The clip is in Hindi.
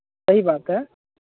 सही बात है